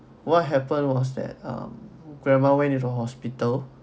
what happened was that ah grandma when into hospital